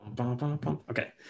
Okay